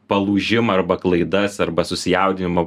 palūžimą arba klaidas arba susijaudinimą